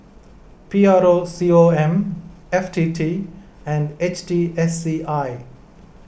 P R O C O M F T T and H T S C I